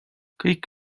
kõik